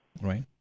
right